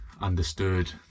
understood